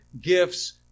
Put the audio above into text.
gifts